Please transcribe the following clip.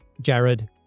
Jared